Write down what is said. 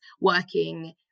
working